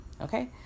okay